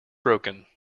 broken